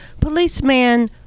policeman